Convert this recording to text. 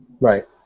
Right